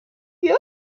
lieu